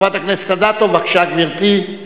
חברת הכנסת אדטו, בבקשה, גברתי.